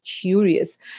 curious